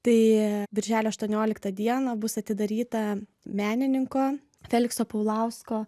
tai birželio aštuonioliktą dieną bus atidaryta menininko felikso paulausko